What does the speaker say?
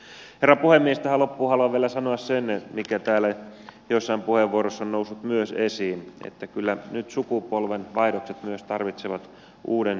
tähän loppuun haluan vielä sanoa sen mikä täällä joissain puheenvuoroissa on noussut myös esiin että kyllä nyt sukupolvenvaihdokset myös tarvitsevat uuden sysäyksen